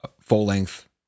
full-length